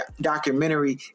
documentary